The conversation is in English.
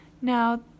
Now